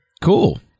Cool